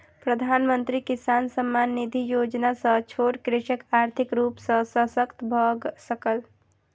प्रधानमंत्री किसान सम्मान निधि योजना सॅ छोट कृषक आर्थिक रूप सॅ शशक्त भअ सकल